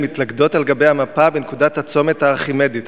מתלכדות על גבי המפה בנקודת הצומת הארכימדית,